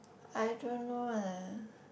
I don't know ah